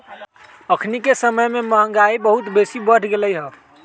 अखनिके समय में महंगाई बहुत बेशी बढ़ गेल हइ